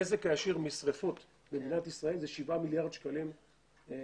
הנזק הישיר משריפות במדינת ישראל הוא שבעה מיליארד שקלים בשנה.